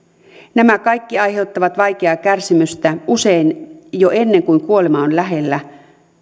nämä kaikki aiheuttavat vaikeaa kärsimystä usein jo ennen kuin kuolema on lähellä